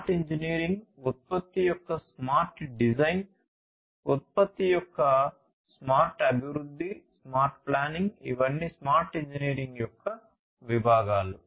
smart engineering ఉత్పత్తి యొక్క smart design ఉత్పత్తి యొక్క స్మార్ట్ అభివృద్ధి స్మార్ట్ ప్లానింగ్ ఇవన్నీ స్మార్ట్ ఇంజనీరింగ్ యొక్క విభిన్న భాగాలు